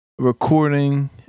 Recording